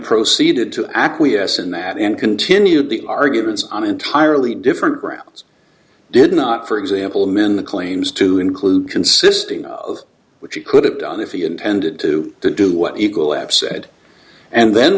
proceeded to acquiesce in that and continued the arguments on entirely different grounds did not for example men the claims to include consisting of which he could have done if he intended to do what eagle absented and then